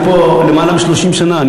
אני פה למעלה מ-30 שנה,